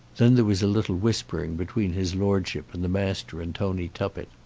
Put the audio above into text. then there was a little whispering between his lordship and the master and tony tuppett.